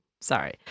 sorry